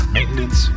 Maintenance